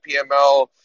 PML